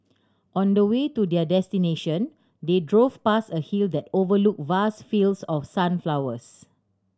on the way to their destination they drove past a hill that overlooked vast fields of sunflowers